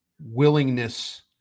willingness